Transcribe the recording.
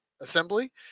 assembly